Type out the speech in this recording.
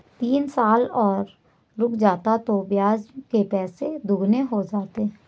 तीन साल और रुक जाता तो ब्याज के पैसे दोगुने हो जाते